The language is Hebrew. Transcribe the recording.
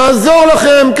נעזור לכם,